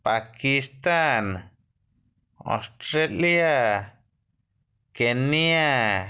Pakistan Australia Kenya